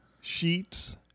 sheets